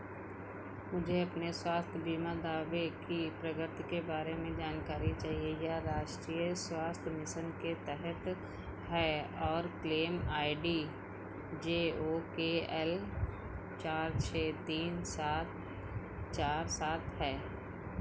मुझे अपने स्वास्थ्य बीमा दावे की प्रगति के बारे में जानकारी चाहिए यह राष्ट्रीय स्वास्थ्य मिसन के तहत है और claim I D J O K L चार छः तीन सात चार सात है